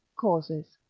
causes.